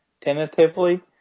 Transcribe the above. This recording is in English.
tentatively